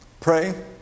Pray